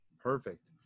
Perfect